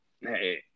hey